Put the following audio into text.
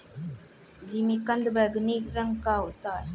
जिमीकंद बैंगनी रंग का होता है